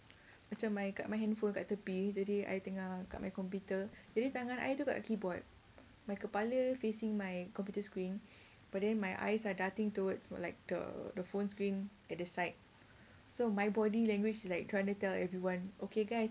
macam my kat my handphone kat tepi jadi I tengah buka my computer jadi tangan tu I took out a keyboard my kepala facing my computer screen but then my eyes are darting towards like the the phone screen at the side so my body language is like trying to tell everyone okay guy